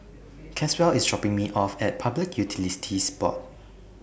Caswell IS dropping Me off At Public Utilities Board